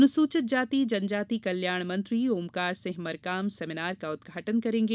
अनुसूचित जाति जनजाति कल्याण मंत्री ओमकार सिंह मरकाम सेमीनार का उद्घाटन करेंगे